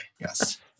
yes